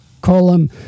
column